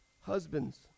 Husbands